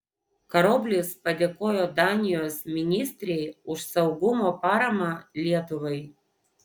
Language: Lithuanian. karoblis padėkojo danijos ministrei už saugumo paramą lietuvai